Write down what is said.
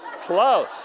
Close